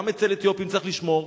גם אצל אתיופים צריך לשמור,